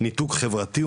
ניתוק חברתי,